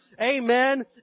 Amen